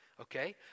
Okay